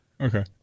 Okay